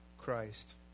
Christ